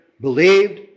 believed